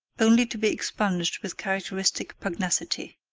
only to be expunged with characteristic pugnacity